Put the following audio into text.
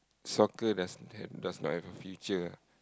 soccer doesn't have does not have a future